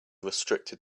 restricted